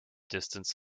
distance